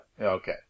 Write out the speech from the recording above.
Okay